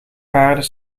paarden